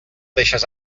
deixes